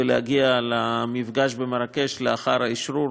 ולהגיע למפגש במרקש לאחר האשרור,